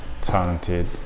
talented